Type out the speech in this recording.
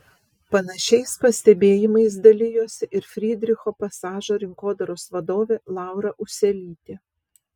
panašiais pastebėjimais dalijosi ir frydricho pasažo rinkodaros vadovė laura ūselytė